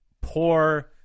poor